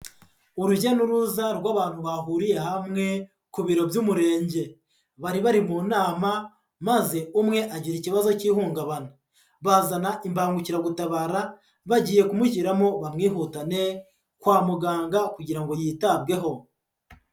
Urujya n'uruza rw'abantu bahuriye hamwe ku biro by'umurenge, bari bari mu nama maze umwe agira ikibazo cy'ihungabana, bazana imbangukiragutabara bagiye kumushyiramo bamwihutane kwa muganga kugira ngo yitabweho.